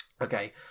Okay